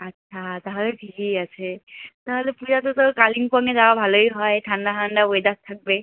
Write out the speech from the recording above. আচ্ছা তাহলে ঠিকই আছে তাহলে পূজাতে তো কালিম্পংয়ে যাওয়া ভালোই হয় ঠান্ডা ঠান্ডা ওয়েদার থাকবে